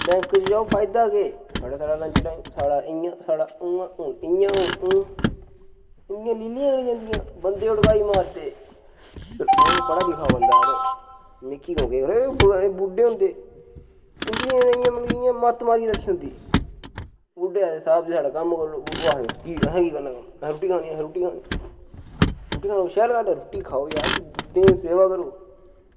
bank च जाओ फायदा केह् साढ़ा लंच टाईम साढ़ा इयां साढ़ा उआं हून इयां हून उंआं इंदियां लिल्लियां गै नी जंदियां बंदेई डगाई मारदे अ'ऊं ते पढ़ा लिखा बंदां ते मिकी कदूं केह् करना पर ओह् बुड्ढे होंदे उंदू मतलव इयां मत्त मारियै रक्खी होंदी बुड्ढे आखदे साह्ब दी साढ़ा कम्म करी ओड़ो ओह् आखदे कि असें की करना कम्म असें रुट्टी खानी असें रुट्टी खानी रुट्टी खानी शैल गै होंदा रुट्टी खाओ यार तुस बुड्ढें ई सेवा करो